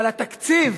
אבל התקציב